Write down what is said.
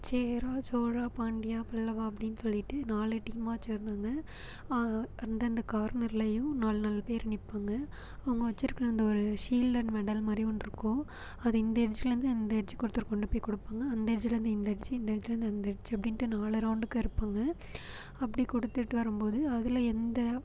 சேரா சோழா பாண்டியா பல்லவா அப்படின்னு சொல்லிட்டு நாலு டீம்மா வச்சிருந்தாங்கள் அந்தந்த கார்னர்லையும் நாலு நாலு பேர் நிற்பாங்க அவங்க வச்சிருக்கிற அந்த ஒரு ஷீல்டு அண்டு மெடல் மாதிரி ஒன்று இருக்கும் அதை இந்த எட்ஜ்லேருந்து அந்த எட்ஜ்ஜுக்கு ஒருத்தர் கொண்டு போய் கொடுப்பாங்க அந்த எட்ஜ்லேருந்து இந்த எட்ஜ்ஜு இந்த எட்ஜ்லேருந்து அந்த எட்ஜ்ஜி அப்படின்ட்டு நாலு ரவுண்டுக்கு இருப்பாங்கள் அப்படி கொடுத்துட்டு வரும்போது அதில் எந்த